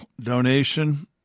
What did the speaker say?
donation